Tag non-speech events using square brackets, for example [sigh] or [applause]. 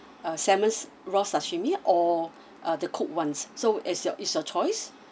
uh salmon's raw sashimi or uh the cooked one so as your it's your choice [breath]